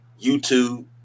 YouTube